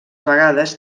vegades